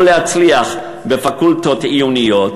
יכול להצליח בפקולטות עיוניות,